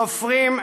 סופרים,